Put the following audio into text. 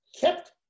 kept